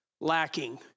lacking